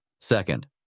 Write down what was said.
Second